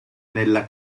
nella